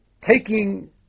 taking